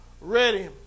ready